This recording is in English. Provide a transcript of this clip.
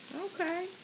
Okay